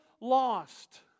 lost